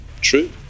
true